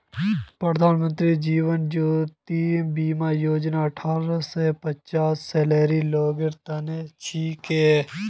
प्रधानमंत्री जीवन ज्योति बीमा योजना अठ्ठारह स पचास सालेर लोगेर तने छिके